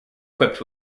equipped